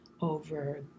over